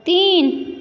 तीन